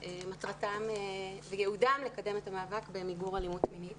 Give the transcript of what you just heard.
שמטרתם וייעודם הם לקדם את המאבק למיגור אלימות מינית.